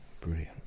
brilliant